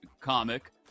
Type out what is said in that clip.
comic